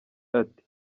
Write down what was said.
ati